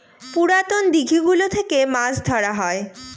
পুরাতন দিঘি গুলো থেকে মাছ ধরা হয়